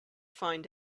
find